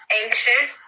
anxious